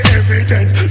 evidence